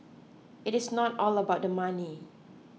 it is not all about the money